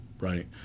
Right